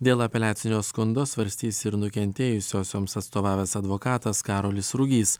dėl apeliacinio skundo svarstys ir nukentėjusiosioms atstovavęs advokatas karolis rugys